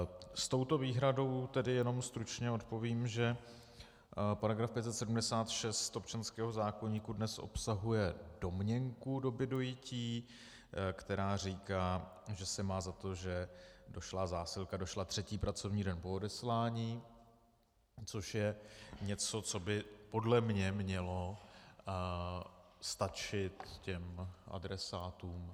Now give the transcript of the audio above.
S touto výhradou tedy jenom stručně odpovím, že § 576 občanského zákoníku dnes obsahuje domněnku doby dojití, která říká, že se má za to, že zásilka došla třetí pracovní den po odeslání, což je něco, co by podle mě mělo stačit těm adresátům.